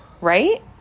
Right